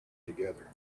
together